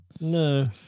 No